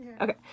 okay